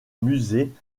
musée